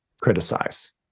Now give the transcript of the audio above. criticize